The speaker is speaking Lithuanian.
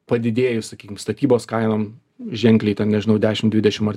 padidėjus sakykim statybos kainom ženkliai nežinau dešim dvidešim ar